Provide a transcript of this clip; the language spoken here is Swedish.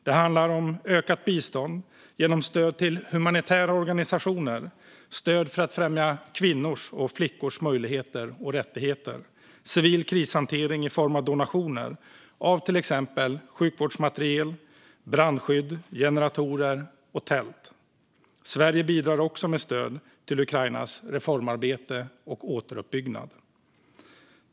Det handlar om ökat bistånd genom stöd till humanitära organisationer, stöd för att främja kvinnors och flickors möjligheter och rättigheter och civil krishantering i form av donationer av till exempel sjukvårdsmateriel, brandskydd, generatorer och tält. Sverige bidrar också med stöd till Ukrainas reformarbete och återuppbyggnad.